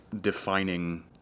defining